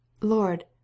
Lord